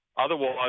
Otherwise